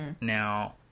Now